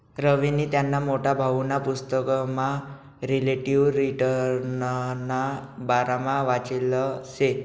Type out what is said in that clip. रवीनी त्याना मोठा भाऊना पुसतकमा रिलेटिव्ह रिटर्नना बारामा वाचेल शे